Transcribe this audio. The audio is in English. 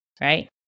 right